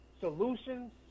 solutions